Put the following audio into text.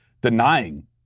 denying